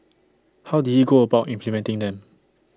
how did he go about implementing them